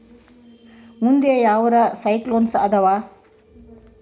ಮುಂದೆ ಯಾವರ ಸೈಕ್ಲೋನ್ ಅದಾವ?